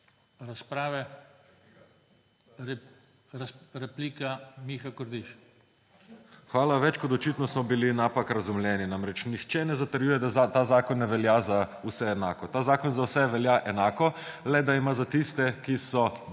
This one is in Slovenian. (PS Levica):** Hvala. Več kot očitno smo bili napak razumljeni. Namreč, nihče na zatrjuje, da ta zakon ne velja za vse enako. Ta zakon za vse velja enako, le da ima za tiste, ki so